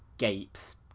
Gapes